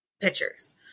pictures